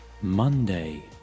monday